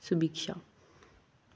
ಸುಭೀಕ್ಷ